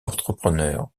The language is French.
entrepreneur